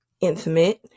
intimate